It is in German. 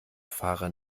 fahrer